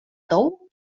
tou